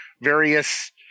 various